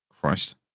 Christ